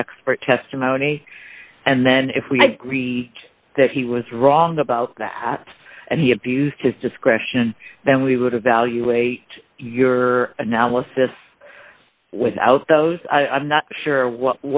the expert testimony and then if we agree that he was wrong about that and he abused his discretion then we would evaluate your analysis without those i'm not sure